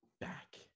back